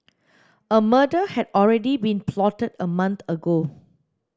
a murder had already been plotted a month ago